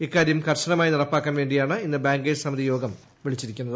ഇക്കാര്യം കർശനമായി നടപ്പാക്കാൻ വേണ്ടിയാണ് ഇന്ന് ബാങ്കേഴ്സ് സമിതിയോഗം വിളിച്ചിരിക്കുന്നത്